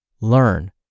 learn